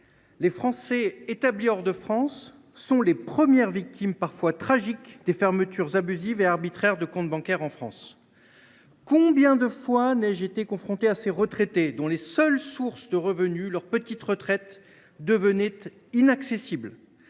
les Français établis hors de France sont les premières victimes, parfois tragiques, des fermetures abusives et arbitraires de comptes bancaires en France. Combien de fois n’ai je été confronté à ces retraités dont la seule source de revenus, leur petite retraite, devenait inaccessible ?